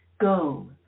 go